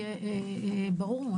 אמרתי ברור.